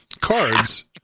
cards